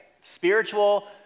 Spiritual